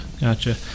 gotcha